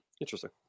Interesting